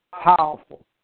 Powerful